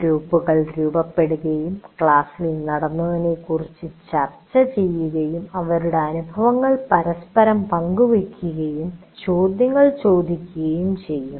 ഗ്രൂപ്പുകൾ രൂപപ്പെടുകയും ക്ലാസ്സിൽ നടന്നതിനെ കുറിച്ച് ചർച്ച ചെയ്യുകയും അവരുടെ അനുഭവങ്ങൾ പരസ്പരം പങ്കുവെക്കുകയും ചോദ്യങ്ങൾ ചോദിക്കുകയും ചെയ്യും